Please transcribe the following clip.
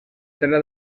terra